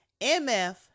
MF